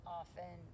often